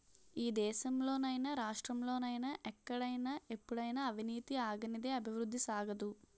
ఈ దేశంలో నైనా రాష్ట్రంలో నైనా ఎక్కడైనా ఎప్పుడైనా అవినీతి ఆగనిదే అభివృద్ధి సాగదు